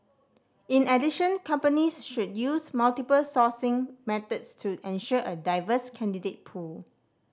in addition companies should use multiple sourcing methods to ensure a diverse candidate pool